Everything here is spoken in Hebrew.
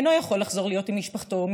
אינו יכול לחזור להיות עם משפחתו,